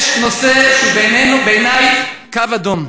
יש נושא שהוא בעיני קו אדום,